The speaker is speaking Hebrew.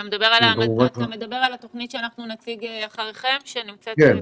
אתה מדבר על התוכנית שנציג אחריכם שנמצאת בזום?